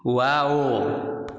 wow